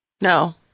No